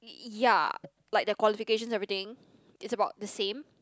ya like the qualifications everything is about the same